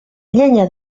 llenya